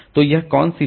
तो यह कौन सी जगह है